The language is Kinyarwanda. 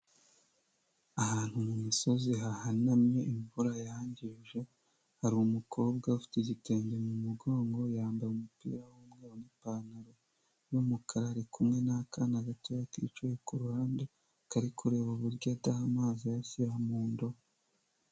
Ahantu mu misozi hahanamye imvura yangije, hari umukobwa ufite igitenge mu mugongo yambaye umupira w'umweru n'ipantaro y'umukara, ari kumwe n'akana gato kicaye ku ruhande, kari kureba uburyo adaha amazi ayashyira mu ndobo.